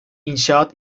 i̇nşaat